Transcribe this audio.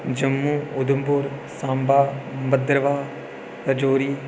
Jammu Udhampur Samba Bhadarwah Rajouri